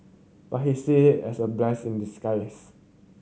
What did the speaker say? but he see it as a blessing in disguise